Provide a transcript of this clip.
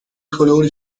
colori